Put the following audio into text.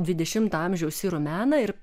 dvidešimto amžiaus sirų meną ir